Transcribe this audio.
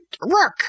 Look